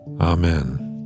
Amen